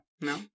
No